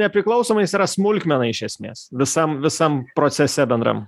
nepriklausomais yra smulkmena iš esmės visam visam procese bendram